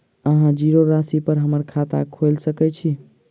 अहाँ जीरो राशि पर हम्मर खाता खोइल सकै छी?